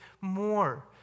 more